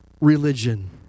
religion